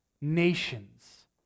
nations